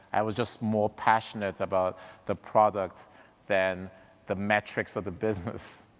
i was just more passionate about the product than the metrics of the business.